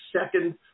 second